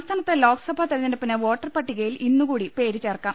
സംസ്ഥാനത്ത് ലോക്സഭാ തെരഞ്ഞെടുപ്പിന് വോട്ടർ പട്ടികയിൽ ഇന്ന് കൂടി പേര് ചേർക്കാം